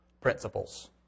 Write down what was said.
principles